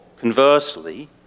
conversely